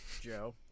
Joe